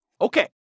Okay